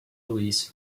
release